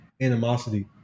animosity